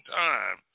time